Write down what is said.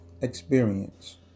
experience